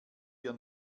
wir